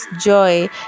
joy